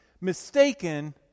mistaken